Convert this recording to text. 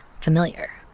familiar